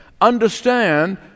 understand